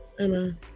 Amen